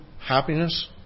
happiness